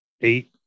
eight